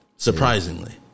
Surprisingly